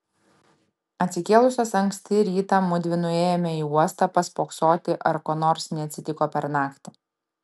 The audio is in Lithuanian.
atsikėlusios anksti rytą mudvi nuėjome į uostą paspoksoti ar ko nors neatsitiko per naktį